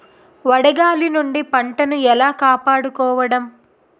వడగాలి నుండి పంటను ఏలా కాపాడుకోవడం?